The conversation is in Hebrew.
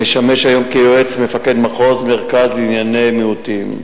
המשמש היום כיועץ מפקד מחוז מרכז לענייני מיעוטים,